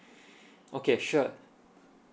okay sure